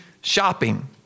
shopping